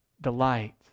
delight